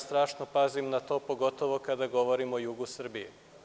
Strašno pazim na to, pogotovo kada govorim o jugu Srbije.